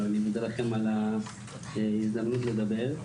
ואני מודה לכם על ההזדמנות לדבר,